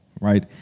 right